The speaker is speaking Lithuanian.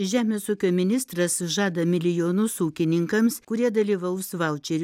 žemės ūkio ministras žada milijonus ūkininkams kurie dalyvaus vaučerių